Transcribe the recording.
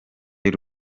y’u